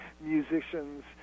musicians